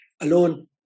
alone